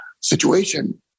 situation